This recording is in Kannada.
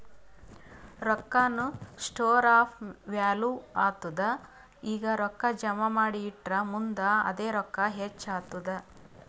ರೊಕ್ಕಾನು ಸ್ಟೋರ್ ಆಫ್ ವ್ಯಾಲೂ ಆತ್ತುದ್ ಈಗ ರೊಕ್ಕಾ ಜಮಾ ಮಾಡಿ ಇಟ್ಟುರ್ ಮುಂದ್ ಅದೇ ರೊಕ್ಕಾ ಹೆಚ್ಚ್ ಆತ್ತುದ್